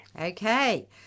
Okay